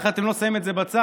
איך אתם לא שמים את זה בצד?